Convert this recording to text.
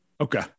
Okay